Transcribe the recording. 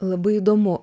labai įdomu